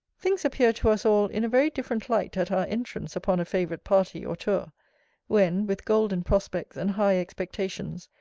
things appear to us all in a very different light at our entrance upon a favourite party, or tour when, with golden prospects, and high expectations,